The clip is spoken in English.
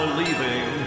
leaving